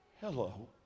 Hello